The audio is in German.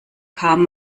kam